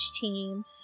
team